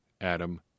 Adam